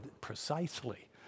precisely